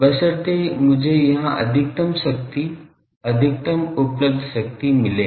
बशर्ते मुझे यहां अधिकतम शक्ति अधिकतम उपलब्ध शक्ति मिले